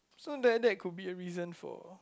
so that that could be a reason for